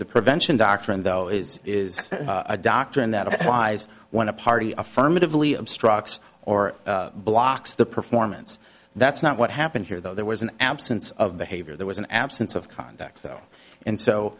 the prevention doctrine though is is a doctrine that applies when a party affirmatively obstructs or blocks the performance that's not what happened here though there was an absence of behavior there was an absence of conduct and so